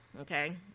okay